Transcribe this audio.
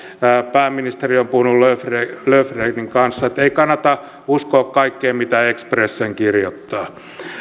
pääministeri on puhunut löfvenin kanssa ei kannata uskoa kaikkea mitä expressen kirjoittaa